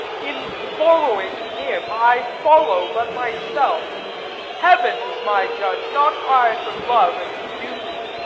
in following him, i follow but myself heaven is my judge, not i for love and duty,